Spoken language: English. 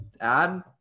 add